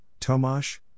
Tomasz